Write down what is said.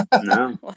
No